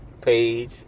page